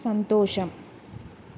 సంతోషం